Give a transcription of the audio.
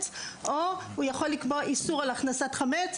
או הוא יכול לקבוע איסור על הכנסת חמץ,